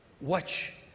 Watch